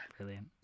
Brilliant